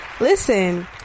Listen